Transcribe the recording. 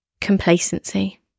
complacency